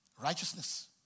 Righteousness